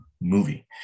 movie